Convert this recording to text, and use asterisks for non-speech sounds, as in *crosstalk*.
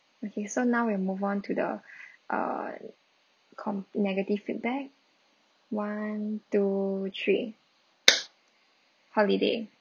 okay so now we move on to the *breath* err comp~ negative feedback one two three holiday